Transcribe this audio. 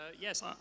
Yes